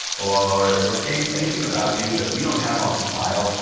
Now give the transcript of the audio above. or or changed anything about you that we don't have on file,